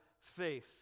faith